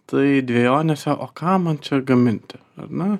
tai dvejonėse o ką man čia gaminti na